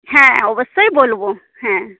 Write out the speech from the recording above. হ্যাঁ অবশ্যই বলব হ্যাঁ